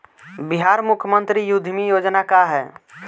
बिहार मुख्यमंत्री उद्यमी योजना का है?